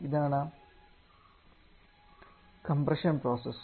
ഇതാണ് compression process